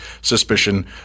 suspicion